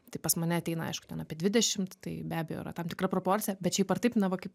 taip pas mane ateina aišku ten apie dvidešimt tai be abejo yra tam tikra proporcija bet šiaip ar taip na va kaip